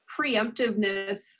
preemptiveness